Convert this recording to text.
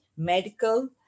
medical